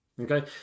Okay